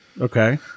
Okay